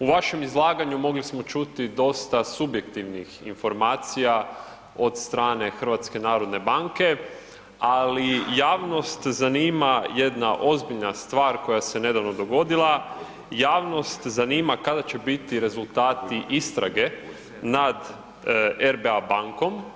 U vašem izlaganju mogli smo čuti dosta subjektivnih informacija od strane Hrvatske narodne banke, ali javnost zanima jedna ozbiljna stvar koja se nedavno dogodila, javnost zanima kada će biti rezultati istrage nad RBA bankom.